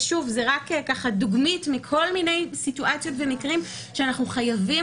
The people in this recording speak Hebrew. ואלה רק דוגמיות מכל מיני סיטואציות ומקרים שאנחנו חייבים